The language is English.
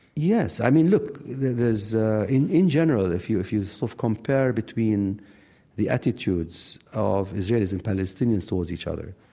yes. i mean, look there's, ah in in general, if you if you sort of compare between the attitudes of israelis and palestinians towards each other,